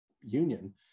union